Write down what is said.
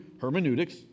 hermeneutics